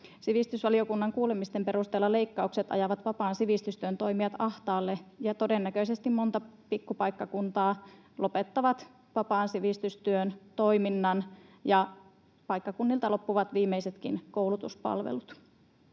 Sivistysvaliokunnan kuulemisten perusteella leikkaukset ajavat vapaan sivistystyön toimijat ahtaalle, ja todennäköisesti monta pikkupaikkakuntaa lopettaa vapaan sivistystyön toiminnan ja paikkakunnilta loppuvat viimeisetkin koulutuspalvelut.